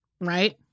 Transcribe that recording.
right